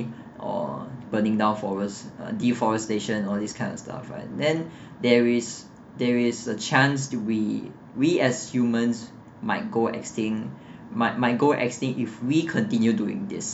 or burning down forest uh deforestation all this kind of stuff right then there is there is a chance to we we as humans might go extinct might might go extinct if we continue doing these